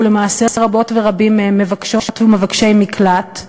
ולמעשה רבות ורבים מהם מבקשות ומבקשים מקלט,